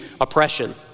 oppression